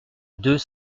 deux